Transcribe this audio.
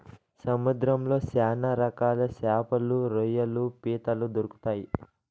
సముద్రంలో శ్యాన రకాల శాపలు, రొయ్యలు, పీతలు దొరుకుతాయి